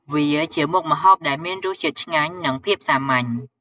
វាជាមុខម្ហូបដែលមានរសជាតិឆ្ងាញ់និងភាពសាមញ្ញ។